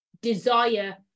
desire